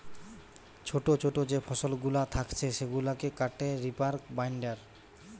ছোটো ছোটো যে ফসলগুলা থাকছে সেগুলাকে কাটে রিপার বাইন্ডার